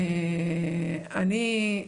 אני,